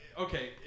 Okay